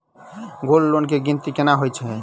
Gold loan केँ गिनती केना होइ हय?